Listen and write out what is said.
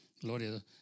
Gloria